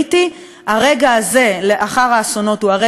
הרגע הזה, לאחר האסונות, הוא הרגע המתאים,